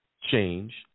change